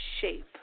shape